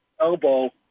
elbow